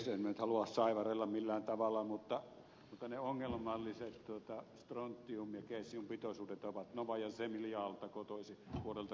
en minä nyt halua saivarrella millään tavalla mutta ne ongelmalliset strontium ja cesium pitoisuudet ovat novaja zemljalta kotoisin vuodelta